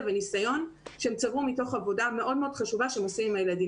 וניסיון שהם צברו מתוך העבודה המאוד מאוד חשובה שהם עושים עם הילדים,